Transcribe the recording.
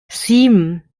sieben